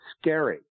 scary